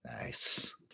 Nice